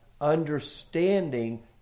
understanding